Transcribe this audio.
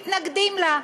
מתנגדים לה,